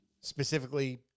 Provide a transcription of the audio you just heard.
Specifically